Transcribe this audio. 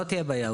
לא תהיה בעיה.